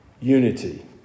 unity